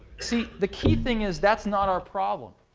see the key thing is, that's not our problem.